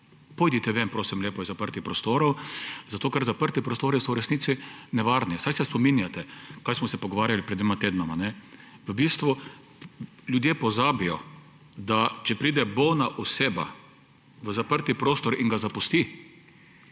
Pojdite ven, prosim lepo, iz zaprtih prostorov, zato ker zaprti prostori so v resnici nevarni. Saj se spominjate, kaj smo se pogovarjali pred dvema tednoma? V bistvu ljudje pozabijo, da če pride bolna oseba v zaprt prostor in ga zapusti,